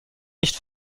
nicht